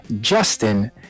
Justin